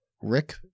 Rick